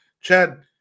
Chad